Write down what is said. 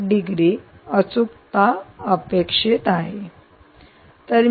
1 degree अचूकता अपेक्षित आहे